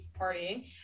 partying